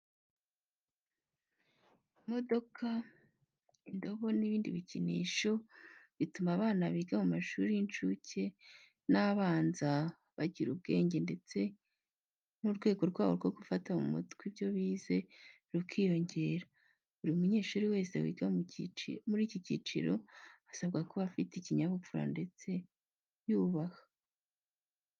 Imodoka, indobo n'ibindi bikinisho bituma abana biga mu mashuri y'incuke n'abanza bagira ubwenge ndetse n'urwego rwabo rwo gufata mu mutwe ibyo bize rukiyongera. Buri munyeshuri wese wiga muri iki cyiciro, asabwa kuba afite ikinyabupfura ndetse yubaha.